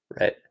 Right